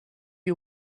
you